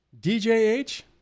djh